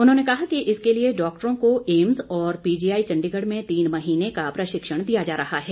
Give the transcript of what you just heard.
उन्होंने कहा कि इसके लिए डाक्टरों को एम्स और पीजीआई चंडीगढ़ में तीन महीने का प्रशिक्षण दिया जा रहा है